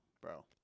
bro